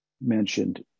mentioned